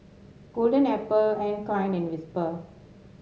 Golden apple Anne Klein and Whisper